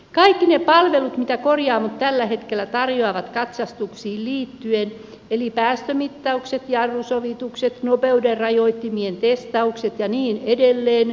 kaikki ne palvelut mitä korjaamot tällä hetkellä tarjoavat katsastuksiin liittyen eli päästömittaukset jarrusovitukset nopeudenrajoittimien testaukset ja niin edelleen